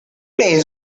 days